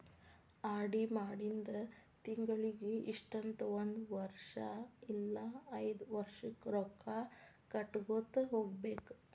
RD ಮಾಡಿಂದ ತಿಂಗಳಿಗಿ ಇಷ್ಟಂತ ಒಂದ್ ವರ್ಷ್ ಇಲ್ಲಾ ಐದ್ ವರ್ಷಕ್ಕ ರೊಕ್ಕಾ ಕಟ್ಟಗೋತ ಹೋಗ್ಬೇಕ್